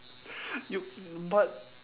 you but